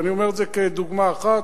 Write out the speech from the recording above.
ואני אומר את זה כדוגמה אחת,